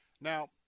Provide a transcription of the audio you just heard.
Now